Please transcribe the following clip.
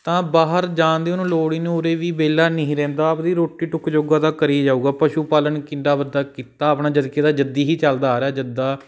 ਤਾਂ ਬਾਹਰ ਜਾਣ ਦੀ ਉਹਨੂੰ ਲੋੜ ਹੀ ਨਹੀਂ ਉਰੇ ਵੀ ਵਿਹਲਾ ਨਹੀਂ ਰਹਿੰਦਾ ਆਪਣੀ ਰੋਟੀ ਟੁੱਕ ਜੋਗਾ ਤਾ ਕਰੀ ਜਾਊਗਾ ਪਸ਼ੂ ਪਾਲਣ ਕਿੱਡਾ ਵੱਡਾ ਕਿੱਤਾ ਆਪਣਾ ਜਦੋਂ ਕਿ ਇਹਦਾ ਜੱਦੀ ਹੀ ਚੱਲਦਾ ਆ ਰਿਹਾ ਜੱਦਾ